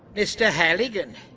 mr. halligan